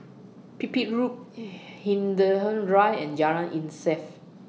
Pipit Road Hindhede Drive and Jalan Insaf